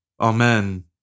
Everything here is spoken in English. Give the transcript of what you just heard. Amen